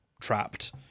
trapped